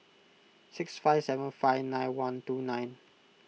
six five seven five nine one two nine